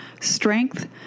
Strength